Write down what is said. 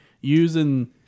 using